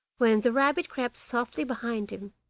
when the rabbit crept softly behind him,